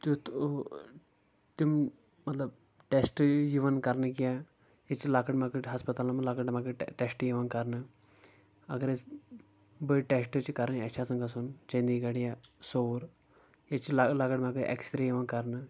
تیُتھ تِم مطلب ٹٮ۪سٹ یِوان کرنہٕ کیٚنٛہہ ییٚتہِ چھ لۄکٔٹۍ مۄکٔٹۍ ہسپتالن منٛز لۄکٔٹۍ مۄکٔٹۍ ٹٮ۪سٹ یِوان کرنہٕ اگر اَسہِ بٔڈۍ ٹٮ۪سٹ چھ کرٕنۍ اَسہِ چھ آسان گژھن چندی گڑ یا صوٚوُر ییٚتہِ چھ لۄکٔٹۍ مۄکٔٹۍ اٮ۪کس رے یِوان کرنہٕ